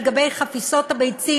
על גבי חפיסות הביצים.